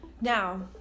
now